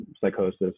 psychosis